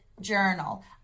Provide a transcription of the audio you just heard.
journal